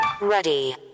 Ready